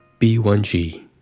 B1G